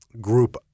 group